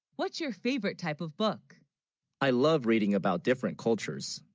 what's your favorite type of book i love reading about different cultures